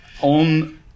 On